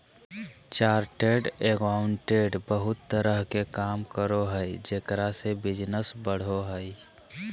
chartered accountant बहुत तरह के काम करो हइ जेकरा से बिजनस बढ़ो हइ